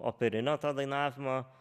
operinio to dainavimo